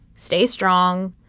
stay strong.